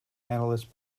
analysts